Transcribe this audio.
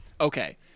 Okay